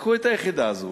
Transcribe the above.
לקחו את היחידה הזאת,